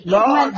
Lord